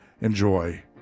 Enjoy